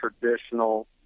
traditional